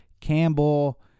Campbell